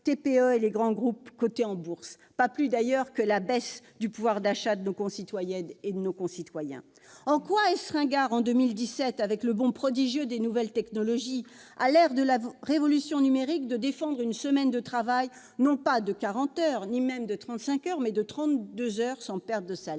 PME-TPE et grands groupes cotés en bourse, ni à la baisse du pouvoir d'achat de nos concitoyennes et concitoyens. En quoi est-ce ringard, en 2017, à l'heure du bond prodigieux des nouvelles technologies, de la révolution numérique, de défendre une semaine de travail non pas de 40 heures, ni même de 35 heures, mais de 32 heures, sans perte de salaire